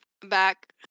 back